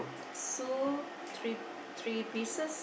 So three three pieces